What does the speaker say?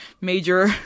major